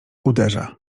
uderza